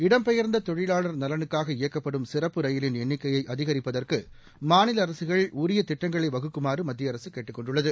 இடம்பெயர்ந்த தொழிலாளர் நலனுக்காக இயக்கப்படும் சிறப்பு ரயிலின் எண்ணிக்கையை அதிகரிப்பதற்கு மாநில அரசுகள் உரிய திட்டங்களை வகுக்குமாறு மத்திய அரசு கேட்டுக் கொண்டுள்ளது